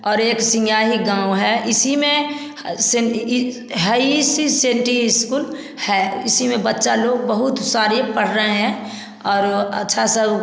और एक सियाही गाँव है इसी में है इसी सिटी स्कूल है इसी में बच्चा लोग बहुत सारे पढ़ रहे हैं और अच्छा सा